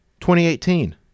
2018